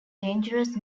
dangerous